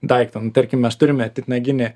daiktą nu tarkim mes turime titnaginį